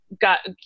got